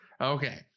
okay